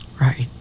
Right